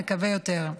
נקווה ליותר.